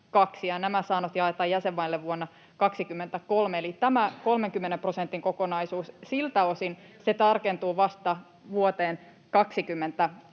nämä saannot jaetaan jäsenmaille vuonna 23. Eli tämä 30 prosentin kokonaisuus siltä osin tarkentuu vasta vuoteen 22